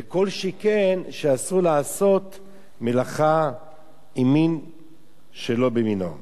וכל שכן שאסור לעשות מלאכה עם מין שלא במינו.